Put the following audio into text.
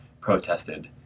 protested